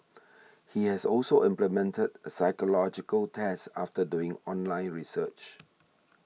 he has also implemented a psychological test after doing online research